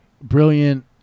brilliant